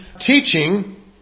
teaching